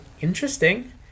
interesting